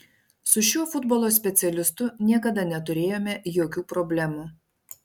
su šiuo futbolo specialistu niekada neturėjome jokių problemų